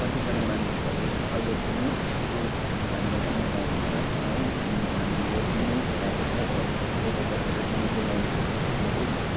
कतिजना मानिसहरू अहिले पनि स्टिल धान रोपी नै रहन्छ है धान रोपी नै रहेको छ र त्यसैले गर्दाखेरि उनीहरूको लागि चाहिँ त्यो कुलो चाहिँ